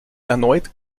erneut